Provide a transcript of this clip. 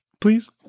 Please